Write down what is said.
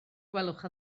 gwelwch